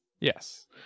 yes